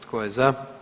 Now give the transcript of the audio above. Tko je za?